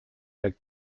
der